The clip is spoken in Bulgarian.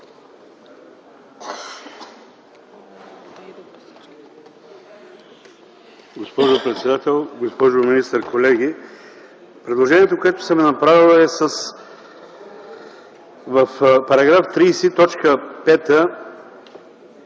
Госпожо председател, госпожо министър, колеги! Предложението, което съм направил, е в § 30,